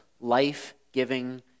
life-giving